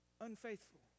Unfaithful